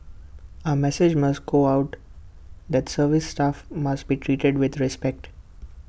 A message must go out that service staff must be treated with respect